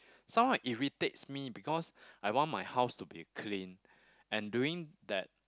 somehow irritate me because I want my house to be clean and during that